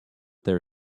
their